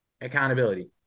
accountability